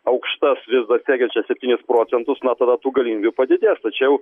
aukštas vis dar siekiančias septynis procentus na tada tų galimybių padidės tačiau